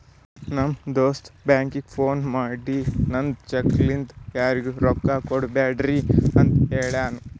ನಮ್ ದೋಸ್ತ ಬ್ಯಾಂಕ್ಗ ಫೋನ್ ಮಾಡಿ ನಂದ್ ಚೆಕ್ ಲಿಂತಾ ಯಾರಿಗೂ ರೊಕ್ಕಾ ಕೊಡ್ಬ್ಯಾಡ್ರಿ ಅಂತ್ ಹೆಳುನೂ